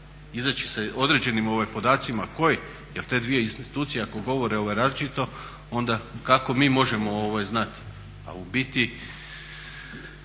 izaći sa određenim podacima koji jer te dvije institucije ako govore različito onda kako mi možemo znati